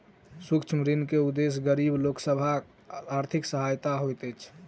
सूक्ष्म ऋण के उदेश्य गरीब लोक सभक आर्थिक सहायता होइत अछि